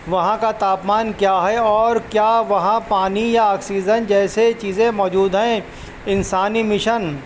وہاں کا تاپمان کیا ہے اور کیا وہاں پانی یا آکسیجن جیسے چیزیں موجود ہیں انسانی مشن